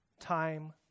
time